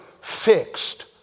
fixed